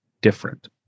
different